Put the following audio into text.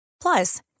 Plus